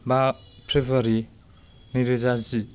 बा फ्रेब्रुवारि नैरोजा जि